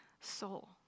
soul